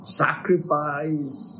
sacrifice